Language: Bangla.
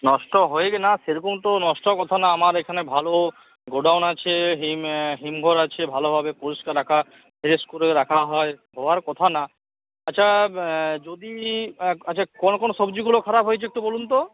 নষ্ট হয়ে গ না সেরকম তো নষ্টর কথা না আমার এখানে ভালো গোডাউন আছে হিম হিমঘর আছে ভালোভাবে পরিষ্কার রাখা ফ্রেস করে রাখা হয় হওয়ার কথা না আচ্ছা যদি আচ্ছা কোন কোন সবজিগুলো খারাপ হয়েছে একটু বলুন তো